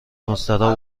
مستراح